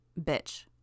Bitch